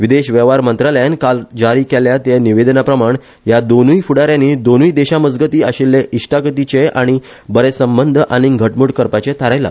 विदेश वेव्हार मंत्रालयान काल जारी केल्या ते निवेदना प्रमाण ह्या दोनुय फुडा यानी दोनुय देशामजगती आशिऴ्ले इश्टागतीचे आनी बरे संबंध आनीक घटमुट करपाचें थारायला